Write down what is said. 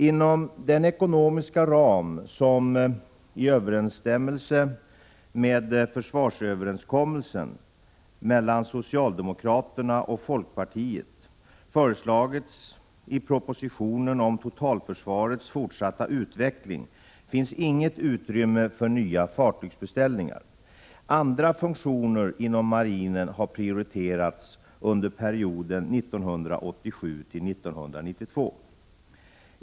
Inom den ekonomiska ram som — i överensstämmelse med försvarsöverenskommelsen mellan socialdemokraterna och folkpartiet — föreslagits i propositionen om totalförsvarets fortsatta utveckling finns inget utrymme för nya fartygsbeställningar. Andra funktioner inom marinen har prioriterats under perioden 1987-1992.